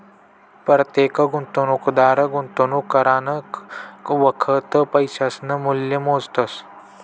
परतेक गुंतवणूकदार गुंतवणूक करानं वखत पैसासनं मूल्य मोजतस